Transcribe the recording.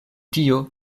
tio